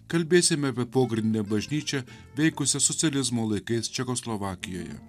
kalbėsime apie pogrindinę bažnyčią veikusią socializmo laikais čekoslovakijoje